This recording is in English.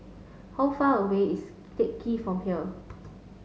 how far away is Teck Ghee from here